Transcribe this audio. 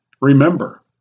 remember